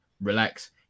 Relax